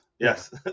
Yes